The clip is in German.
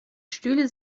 stühle